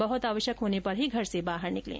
बहुत आवश्यक होने पर ही घर से बाहर निकलें